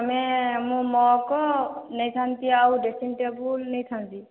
ଆମେ ମୁଁ ମକ ନେଇଥାନ୍ତି ଆଉ ଡ୍ରେସିଙ୍ଗ ଟେବଲ୍ ନେଇଥାନ୍ତି